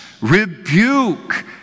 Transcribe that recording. rebuke